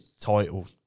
Title